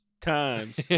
Times